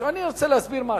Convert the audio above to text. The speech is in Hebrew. אני רוצה להסביר משהו.